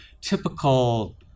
typical